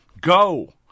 Go